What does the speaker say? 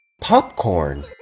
Popcorn